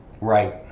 Right